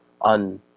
on